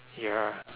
ya